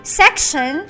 section